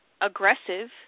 aggressive